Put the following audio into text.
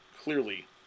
clearly